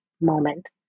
moment